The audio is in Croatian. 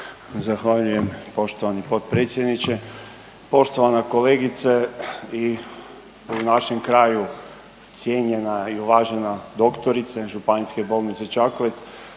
Zahvaljujem poštovani potpredsjedniče. Poštovana kolegice i u našem kraju cijenjena i uvažena doktorice Županijske bolnice Čakovec